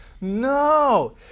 no